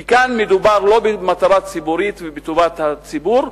כי כאן מדובר לא במטרה ציבורית ובטובת הציבור,